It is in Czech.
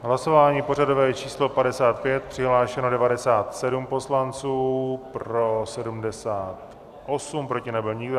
V hlasování pořadové číslo 55 přihlášeno 97 poslanců, pro 78, proti nebyl nikdo.